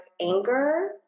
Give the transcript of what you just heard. anger